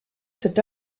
cet